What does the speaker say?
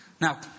Now